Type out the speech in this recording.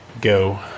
go